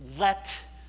Let